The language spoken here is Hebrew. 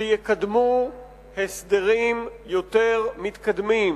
שיקדמו הסדרים יותר מתקדמים,